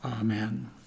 Amen